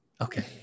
Okay